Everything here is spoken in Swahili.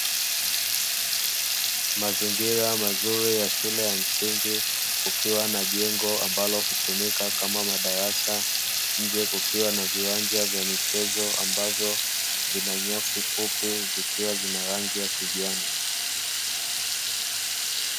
Mazingira mazuri ya shule ya msingi kukiwa na jengo ambalo hutumika kama madarasa. Nje kukiwa na viwanja vya michezo ambavyo vinanyasi fupi zikiwa zina rangi ya kijani.